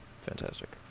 Fantastic